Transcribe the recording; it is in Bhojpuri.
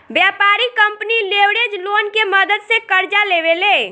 व्यापारिक कंपनी लेवरेज लोन के मदद से कर्जा लेवे ले